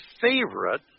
favorite